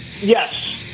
yes